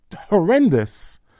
horrendous